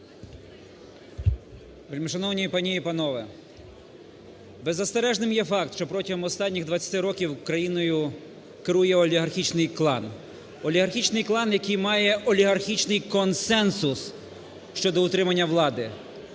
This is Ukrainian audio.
Вельмишановні пані і панове! Беззастережним є факт, що протягом останніх 20 років країною керує олігархічний клан, олігархічний клан, який має олігархічний консенсус щодо утримання влади.